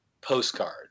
postcard